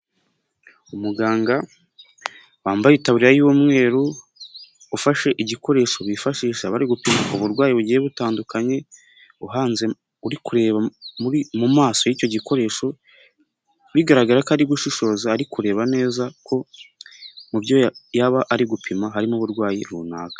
Umuganga wambaye itaburiya y'umweru, ufashe igikoresho bifashisha bari gupima ubu burwayi bugiye butandukanye, uhanze, uri kureba mu maso y'icyo gikoresho, bigaragara ko ari gushishoza ari kureba neza ko mu byo yaba ari gupima harimo uburwayi runaka.